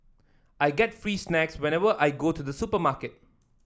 I get free snacks whenever I go to the supermarket